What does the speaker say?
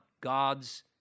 God's